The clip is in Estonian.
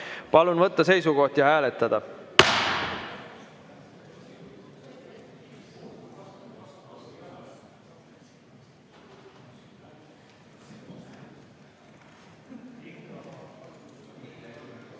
Palun võtta seisukoht ja hääletada!